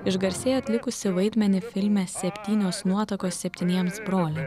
išgarsėjo atlikusi vaidmenį filme septynios nuotakos septyniems broliams